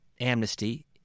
amnesty